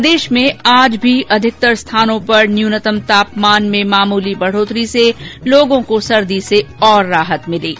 प्रदेश में आज भी अधिकतर स्थानों पर न्यूनतम तापमान में मामूली बढ़ोतरी से लोगों को तेज सर्दी से राहत मिली है